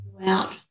throughout